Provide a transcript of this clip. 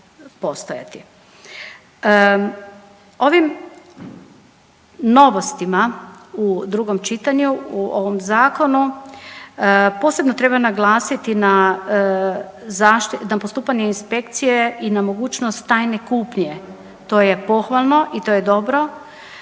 postojati. Ovim novostima u drugom čitanju u ovom zakonu posebno treba naglasiti na postupanje inspekcije i na mogućnost tajne kupnje. To je pohvalno i to je dobro,